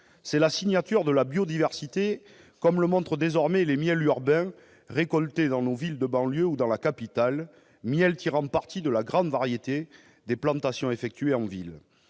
C'est la signature de la biodiversité, comme le montrent désormais les « miels urbains » récoltés dans nos villes de banlieue ou dans la capitale, qui tirent parti de la grande variété des plantations effectuées en ville.